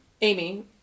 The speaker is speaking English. Amy